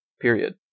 period